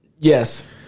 Yes